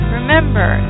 Remember